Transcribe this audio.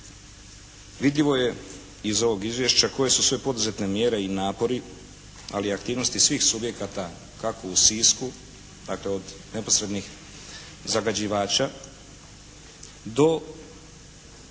Vidljivo je iz ovog izvješća koje su sve poduzete mjere i napori, ali i aktivnosti svih subjekata kako u Sisku, dakle od neposrednih zagađivača do